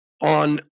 on